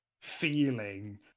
feeling